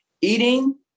Eating